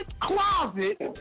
Closet